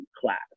class